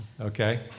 okay